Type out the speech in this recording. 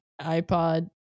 iPod